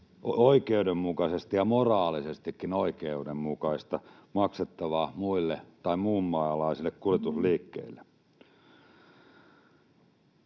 oikeudenmukaisesti, moraalisestikin oikeudenmukaista maksettavaa, muille tai muunmaalaisille kuljetusliikkeille.